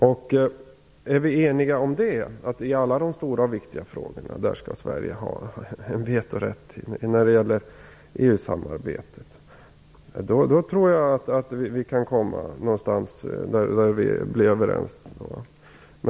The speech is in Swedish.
Och är vi eniga om att Sverige skall ha en vetorätt i alla de stora och viktiga frågorna för EU-samarbetet tror jag att vi kan bli överens.